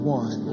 one